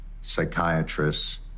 psychiatrists